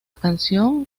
canción